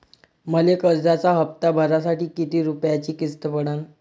मले कर्जाचा हप्ता भरासाठी किती रूपयाची किस्त पडन?